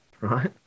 right